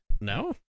No